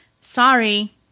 sorry